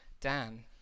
Dan